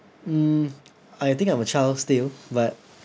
mm I think I'm a child still but